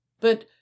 But